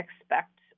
expect